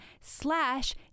slash